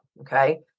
okay